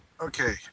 Okay